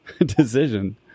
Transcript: decision